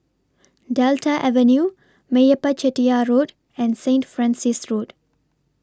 Delta Avenue Meyappa Chettiar Road and Saint Francis Road